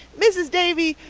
mrs. davy,